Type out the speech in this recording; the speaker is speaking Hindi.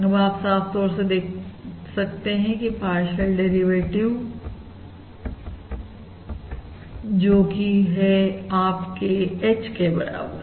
अब आप साफ तौर से देख सकते हैं कि पार्शियल डेरिवेटिव जोकि है आपके H bar के बराबर